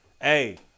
Hey